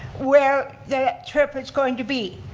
where that trip is going to be.